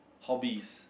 hobbies